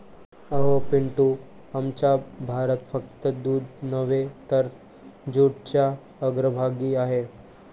अहो पिंटू, आमचा भारत फक्त दूध नव्हे तर जूटच्या अग्रभागी आहे